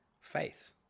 faith